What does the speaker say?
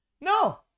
No